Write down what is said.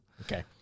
Okay